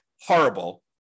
horrible